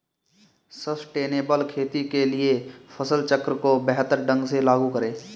sustainable खेती के लिए फसल चक्र को बेहतर ढंग से लागू करें